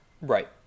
Right